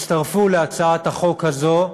הצטרפו להצעת החוק הזו,